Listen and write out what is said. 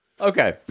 Okay